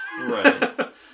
Right